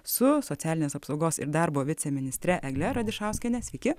su socialinės apsaugos ir darbo viceministre egle radišauskiene sveiki